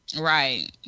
Right